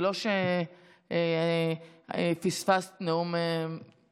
זה לא שפספסת בנאום מדף.